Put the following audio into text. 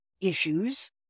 issues